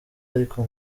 ariko